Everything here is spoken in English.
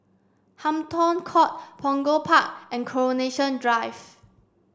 Hampton Court Punggol Park and Coronation Drive